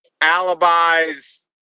alibis